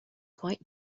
quite